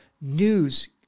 news